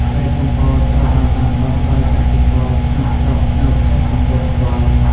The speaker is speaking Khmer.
ម្រេចកំពតត្រូវបានដាំដុះដោយកសិករក្នុងស្រុកនៅខេត្តកំពតផ្ទាល់។